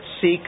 seek